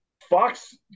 Fox